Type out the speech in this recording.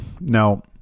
Now